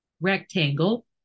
rectangle